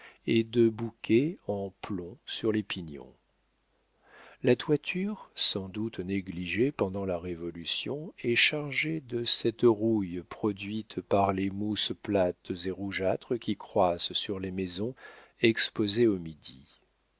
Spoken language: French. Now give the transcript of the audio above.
et de bouquets en plomb sur les pignons la toiture sans doute négligée pendant la révolution est chargée de cette rouille produite par les mousses plates et rougeâtres qui croissent sur les maisons exposées au midi